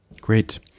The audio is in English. Great